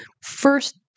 first